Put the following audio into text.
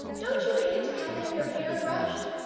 don't you hate having your hair brushed?